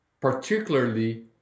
particularly